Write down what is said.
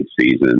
season